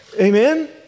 Amen